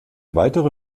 weitere